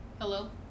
Hello